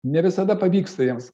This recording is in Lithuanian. ne visada pavyksta jiems